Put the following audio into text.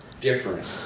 different